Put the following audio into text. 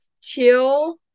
chill